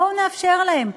בואו נאפשר להם בריאות,